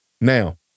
now